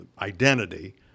identity